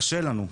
קשה לנו,